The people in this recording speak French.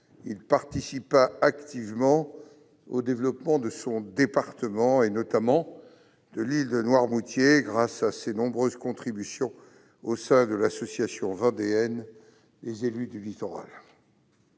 Il participa activement au développement de son département, et notamment de l'île de Noirmoutier, grâce à ses nombreuses contributions au sein de l'association vendéenne des élus du littoral.